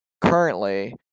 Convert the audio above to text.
currently